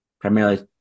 primarily